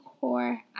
core